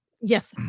Yes